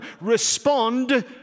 respond